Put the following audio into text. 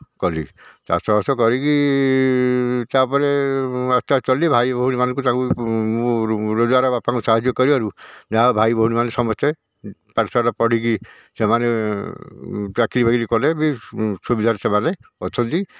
କଲି ଚାଷବାସ କରିକି ତା'ପରେ ମୋ ରାସ୍ତାରେ ଚାଲିଲି ଭାଇ ଭଉଣୀମାନଙ୍କୁ ତାଙ୍କୁ ମୁଁ ରୋଜଗାର ବାପାଙ୍କୁ ସାହାଯ୍ୟ କରିବାରୁ ଯାହା ହଉ ଭାଇ ଭଉଣୀମାନେ ସମସ୍ତେ ପାଠଶାଠ ପଢ଼ିକି ସେମାନେ ଚାକିରୀ ବାକିରି କଲେ ବି ସୁବିଧାରେ ସେମାନେ ଅଛନ୍ତି